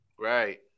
Right